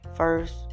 First